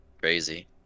Crazy